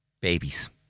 Babies